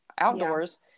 outdoors